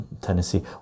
tennessee